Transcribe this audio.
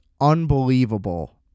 unbelievable